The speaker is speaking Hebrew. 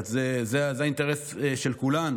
זה האינטרס של כולנו.